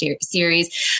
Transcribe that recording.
series